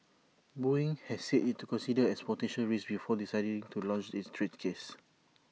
boeing has said IT considered as potential risks before deciding to launch its trade case